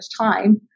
time